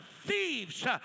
thieves